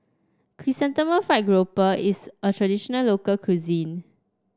Chrysanthemum Fried Grouper is a traditional local cuisine